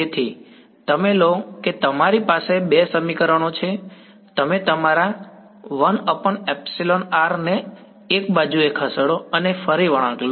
તેથી તમે લો કે તમારી પાસે બે સમીકરણો છે તમે તમારા 1εr ને એક બાજુએ ખસેડો અને ફરી વળાંક લો